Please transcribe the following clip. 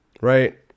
Right